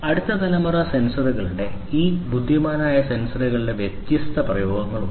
അടുത്ത തലമുറ സെൻസറുകളുടെ ഈ ബുദ്ധിമാനായ സെൻസറുകളുടെ വ്യത്യസ്ത പ്രയോഗങ്ങളുണ്ട്